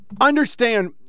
understand